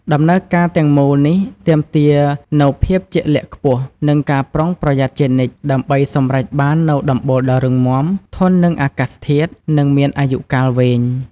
ដំណើរការទាំងមូលនេះទាមទារនូវ ភាពជាក់លាក់ខ្ពស់ និងការប្រុងប្រយ័ត្នជានិច្ច ដើម្បីសម្រេចបាននូវដំបូលដ៏រឹងមាំ ធន់នឹងអាកាសធាតុ និងមានអាយុកាលវែង។